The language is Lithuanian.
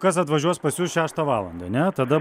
kas atvažiuos pas jus šeštą valandą ane tada